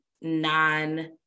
non